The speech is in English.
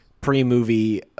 pre-movie